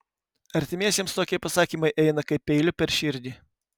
artimiesiems tokie pasakymai eina kaip peiliu per širdį